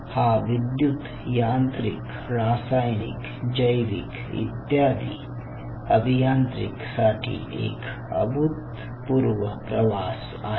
हा विद्युत यांत्रिक रासायनिक जैविक इत्यादी अभियांत्रिक साठी एक अभूतपूर्व प्रवास आहे